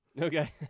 okay